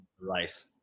rice